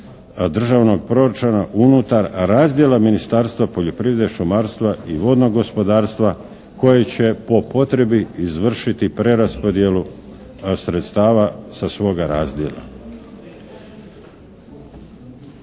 državnog proračuna unutar razdjela Ministarstva poljoprivrede, šumarstva i vodnog gospodarstva koje će po potrebi izvršiti preraspodjelu sredstava sa svoga razdjela.